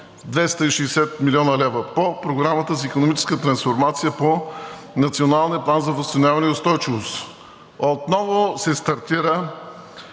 260 млн. лв. по Програмата за икономическа трансформация по Националния план за възстановяване и устойчивост. Отново се стартира